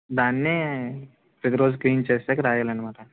దాన్ని ప్రతిరోజూ క్లీన్ చేసాకా రాయాలి అన్న మాట